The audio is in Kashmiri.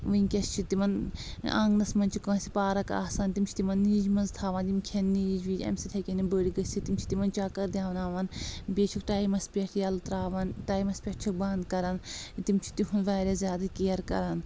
ؤنکیٚس چھِ تِمن آنٛگنس منٛز چھِ کٲنٛسہِ پارک آسان تِم چھِ تِمن نیٖجہِ منٛز تھوان یِم کھٮ۪ن نیٖج ویٖج امہِ سۭتۍ ہٮ۪کن یِم بٔڑۍ گٔژھِتھ تِم چھِ تِمن چکر دیاوناون بیٚیہِ چھِ ٹایمس پٮ۪ٹھ ییٚلہٕ ترٛاوان ٹایمس پٮ۪ٹھ چھِکھ بنٛد کران تِم چھِ تِہُنٛد واریاہ زیادٕ کیر کران